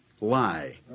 lie